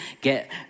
get